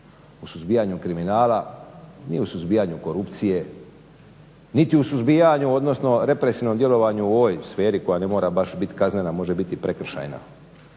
u suzbijanju kriminala, ni u suzbijanju korupcije, niti u suzbijanju odnosno represivnom djelovanju u ovoj sferi koja ne mora baš bit kaznena, može bit i prekršajna